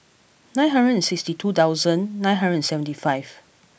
nine hundred and sixty two thousand nine hundred and seventy five